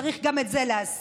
צריך גם את זה להזכיר.